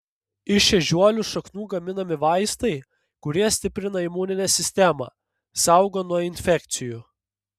iš ežiuolių šaknų gaminami vaistai kurie stiprina imuninę sistemą saugo nuo infekcijų